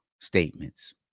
statements